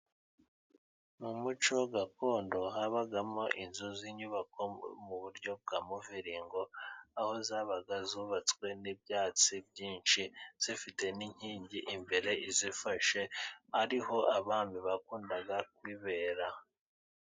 Mu muco gakondo habagamo inzu z'inyubako mu buryo bwa muviringo, aho zabaga zubatswe n'ibyatsi byinshi, zifite n'inkingi imbere izifashe ari ho abami bakundaga kwibera.